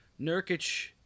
Nurkic